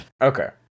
Okay